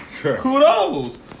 kudos